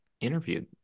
interviewed